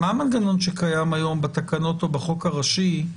מה המנגנון שקיים היום בתקנות או בחוק הראשי,